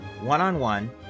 one-on-one